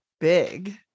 big